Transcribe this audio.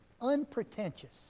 Unpretentious